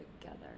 together